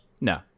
no